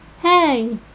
hey